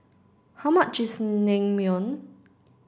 how much is Naengmyeon